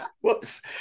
Whoops